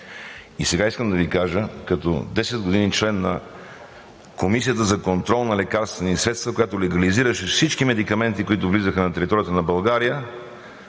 Сега искам да Ви кажа като 10 г. член на Комисията за контрол на лекарствените средства, която легализираше всички медикаменти, които влизаха на територията на България